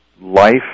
life